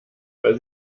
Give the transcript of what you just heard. weil